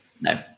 No